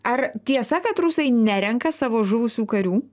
ar tiesa kad rusai nerenka savo žuvusių karių